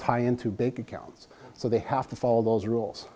tie into big accounts so they have to follow those rules